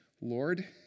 Lord